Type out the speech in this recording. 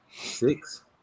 Six